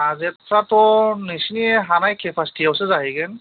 बाजेदफ्राथ' नोंसोरनि हानाय खेफासिथियावसो जाहैगोन